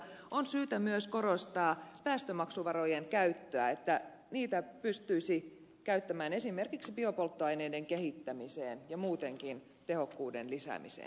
on syytä myös korostaa päästömaksuvarojen käyttöä että niitä pystyisi käyttämään esimerkiksi biopolttoaineiden kehittämiseen ja muutenkin tehokkuuden lisäämiseen